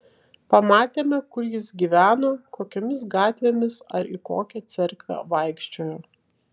pamatėme kur jis gyveno kokiomis gatvėmis ar į kokią cerkvę vaikščiojo